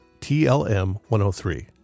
TLM-103